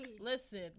Listen